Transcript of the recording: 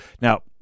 Now